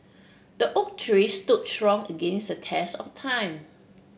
the oak tree stood strong against the test of time